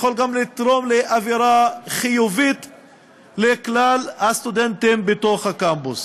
ויכול גם לתרום לאווירה חיובית לכלל הסטודנטים בתוך הקמפוס.